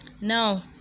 now